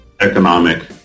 economic